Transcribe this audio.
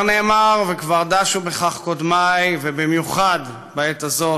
כבר נאמר וכבר דשו בכך קודמי, ובמיוחד בעת הזאת,